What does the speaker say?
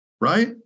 Right